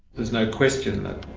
there's no question that